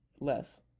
Less